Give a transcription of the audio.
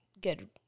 good